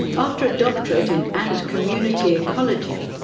after a doctorate in ant community ecology,